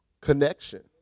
connection